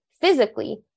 physically